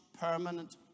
permanent